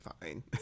fine